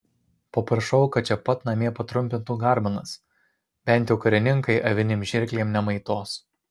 paprašau kad čia pat namie patrumpintų garbanas bent jau karininkai avinėm žirklėm nemaitos